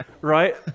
right